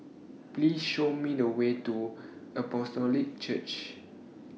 Please Show Me The Way to Apostolic Church